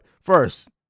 first